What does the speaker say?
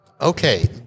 Okay